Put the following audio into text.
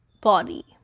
body